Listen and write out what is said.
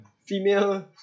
female